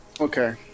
Okay